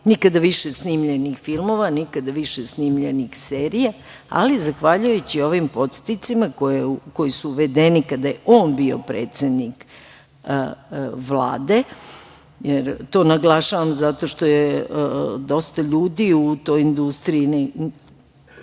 nikada više snimljenih filmova, nikada više snimljenih serija. Zahvaljujući ovim podsticajima koji su uvedeni kada je on bio predsednik Vlade, to naglašavam zato što dosta ljudi u toj industriji